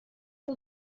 fue